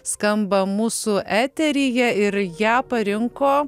skamba mūsų eteryje ir ją parinko